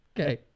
Okay